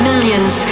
Millions